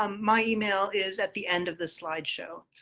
um my e mail is at the end of the slide show.